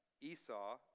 Esau